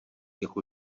jako